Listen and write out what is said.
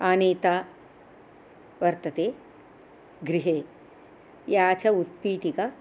आनीता वर्तते गृहे या च उत्पीठिका